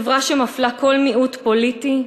חברה שמפלה כל מיעוט פוליטי,